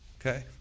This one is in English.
okay